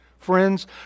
Friends